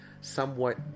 somewhat